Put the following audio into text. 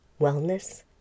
wellness